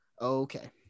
Okay